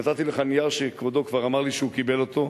נתתי לך נייר, שכבודו כבר אמר לי שהוא קיבל אותו.